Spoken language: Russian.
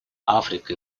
африка